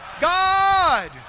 God